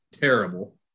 terrible